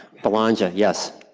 belongia, yes.